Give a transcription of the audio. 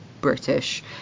British